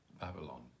Babylon